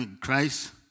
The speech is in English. Christ